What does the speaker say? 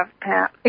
Pat